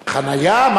חנייה?